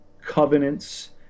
covenants